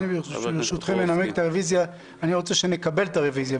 אני רוצה שנקבל את הרוויזיה,